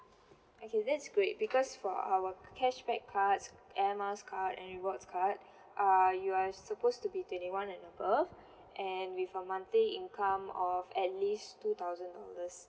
okay that's great because for our cashback cards air miles card and rewards card err you are supposed to be twenty one and above and with a monthly income of at least two thousand dollars